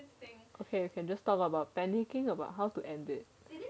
okay you can just talk about about panicking about how to end it